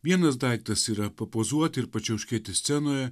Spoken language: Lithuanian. vienas daiktas yra papozuoti ir pačiauškėti scenoje